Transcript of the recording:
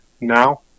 now